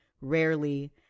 rarely